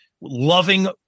loving